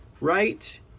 right